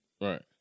Right